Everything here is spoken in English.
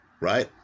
right